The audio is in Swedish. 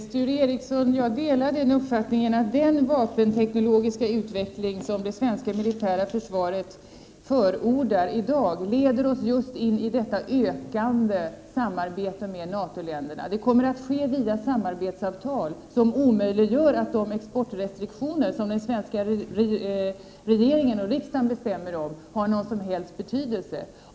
Herr talman! Jag delar uppfattningen, Sture Ericson, att den vapenteknologiska utveckling som det svenska militära försvaret i dag förordar leder oss in i just detta ökande samarbete med NATO-länderna. Det kommer att ske via samarbetsavtal som omöjliggör att de exportrestriktioner som Sveriges regering och riksdag bestämmer om får någon som helst betydelse.